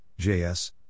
JS